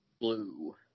Blue